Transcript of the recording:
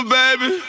baby